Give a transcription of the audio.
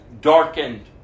darkened